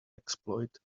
exploit